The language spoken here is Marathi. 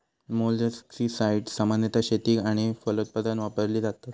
मोलस्किसाड्स सामान्यतः शेतीक आणि फलोत्पादन वापरली जातत